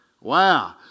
Wow